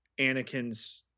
Anakin's